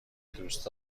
دوست